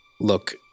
Look